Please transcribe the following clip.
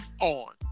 on